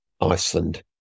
Iceland